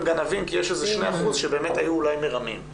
גנבים כי יש איזה 2% שבאמת היו אולי מרמים,